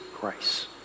grace